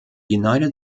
united